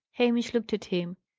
hamish looked at him.